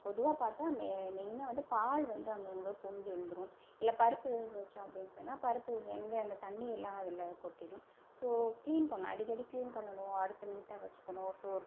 பொதுவாக பார்த்தா மெ மெய்னாக வந்து பால் வந்து அங்கங்கே பொங்கி விழுந்துடும் இல்லை பருப்பு வேக வச்சோம் அப்படினு சொன்னால் பருப்பு வெந்த அந்த தண்ணியெல்லாம் அதில் கொட்டிடும் ஸோ க்ளீன் பண்ணும் அடிக்கடி க்ளீன் பண்ணனும் அடுப்பை நீட்டாக வச்சிக்கணும் ஸோ ஒருத்